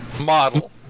model